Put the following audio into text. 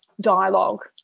dialogue